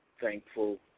Thankful